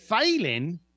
failing